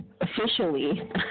officially